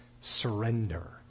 surrender